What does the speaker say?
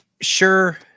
Sure